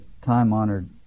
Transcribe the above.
time-honored